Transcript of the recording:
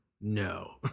no